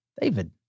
David